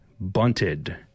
bunted